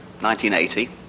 1980